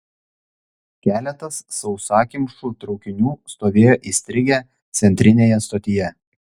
keletas sausakimšų traukinių stovėjo įstrigę centrinėje stotyje